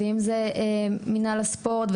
מנהל הספורט,